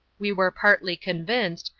we were partly convinced,